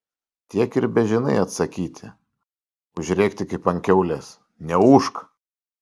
tiek ir bežinai atsakyti užrėkti kaip ant kiaulės neūžk